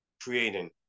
creating